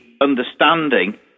understanding